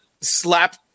slap